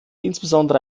insbesondere